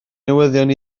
newyddion